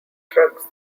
drugs